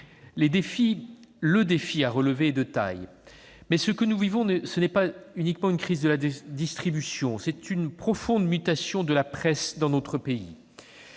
Le défi à relever est de taille. En effet, nous ne vivons pas uniquement une crise de la distribution, mais aussi une profonde mutation de la presse dans notre pays.